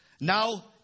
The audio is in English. Now